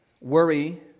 worry